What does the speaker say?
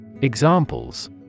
Examples